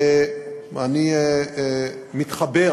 ואני מתחבר